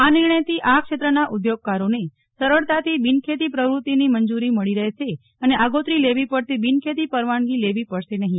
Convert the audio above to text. આ નિર્ણયથી આ ક્ષેત્રના ઉદ્યોગકારોને સરળતાથી બિનખેતી પ્રવૃત્તિની મંજૂરી મળી રહેશે અને આગોતરી લેવી પડતી બિનખેતી પરવાનગી લેવી પડશે નહીં